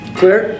Clear